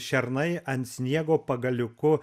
šernai ant sniego pagaliuku